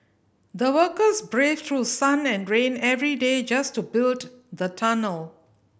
the workers braved through sun and rain every day just to build the tunnel